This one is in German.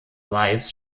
weiß